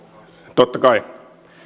totta kai